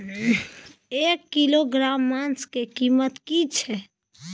एक किलोग्राम मांस के कीमत की छै?